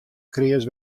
kreas